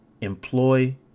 employ